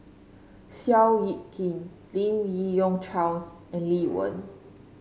Seow Yit Kin Lim Yi Yong Charles and Lee Wen